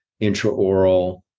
intraoral